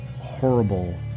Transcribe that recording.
horrible